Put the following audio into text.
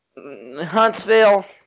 Huntsville